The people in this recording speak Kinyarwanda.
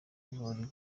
ivuriro